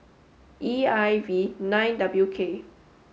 E I V nine W K